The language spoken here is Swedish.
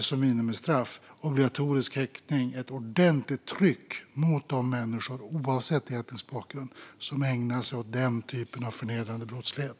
som minimistraff med obligatorisk häktning. Det blir ett ordentligt tryck mot de människor oavsett etnisk bakgrund som ägnar sig åt denna typ av förnedrande brottslighet.